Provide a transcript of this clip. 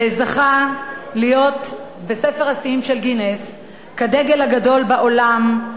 זכה להיות בספר השיאים של גינס כדגל הגדול בעולם,